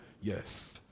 Yes